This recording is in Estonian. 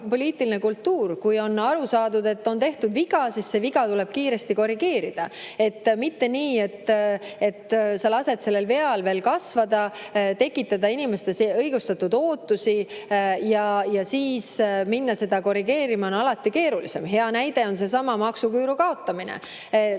kultuur, et kui on aru saadud, et on tehtud viga, siis see viga kiiresti korrigeeritakse, mitte nii, et sa lased sellel veal veel kasvada, tekitada inimestes õigustatud ootusi. Siis minna seda korrigeerima on alati keerulisem. Hea näide on seesama maksuküüru kaotamine.